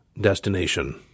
destination